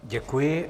Děkuji.